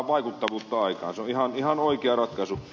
se on ihan oikea ratkaisu